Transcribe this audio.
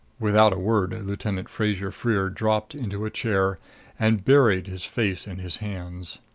without a word lieutenant fraser-freer dropped into a chair and buried his face in his hands.